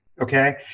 Okay